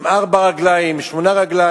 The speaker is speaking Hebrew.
עם ארבע רגליים, שמונה רגליים.